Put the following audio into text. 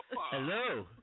Hello